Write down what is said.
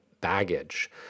baggage